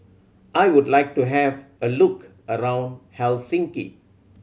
I would like to have a look around Helsinki